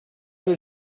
did